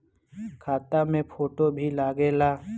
खाता मे फोटो भी लागे ला?